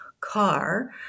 car